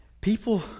People